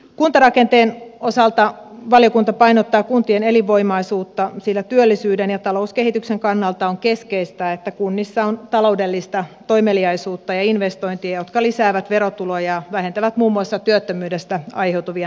kuntarakenteen osalta valiokunta painottaa kuntien elinvoimaisuutta sillä työllisyyden ja talouskehityksen kannalta on keskeistä että kunnissa on taloudellista toimeliaisuutta ja investointeja jotka lisäävät verotuloja ja vähentävät muun muassa työttömyydestä aiheutuvia menoja